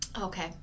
Okay